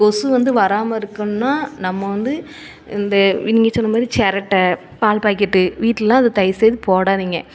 கொசு வந்து வராமல் இருக்கணும்னா நம்ம வந்து இந்த முன்னையே சொன்ன மாதிரி செரட்டை பால் பாக்கெட்டு வீட்டுலலாம் அதை தயவுசெய்து போடாதீங்க